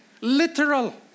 Literal